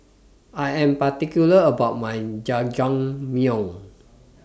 I Am particular about My Jajangmyeon